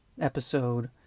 episode